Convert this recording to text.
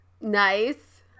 Nice